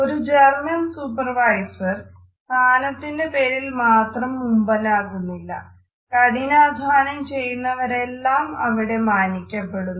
ഒരു German supervisor സ്ഥാനത്തിന്റെ പേരിൽ മാത്രം മുമ്പനാകുന്നില്ല കഠിനാധ്വാനം ചെയ്യുന്നവരെല്ലാം അവിടെ മാനിക്കപ്പെടുന്നു